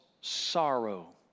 sorrow